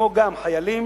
כמו גם חיילים,